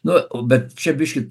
na bet čia biški